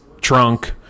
trunk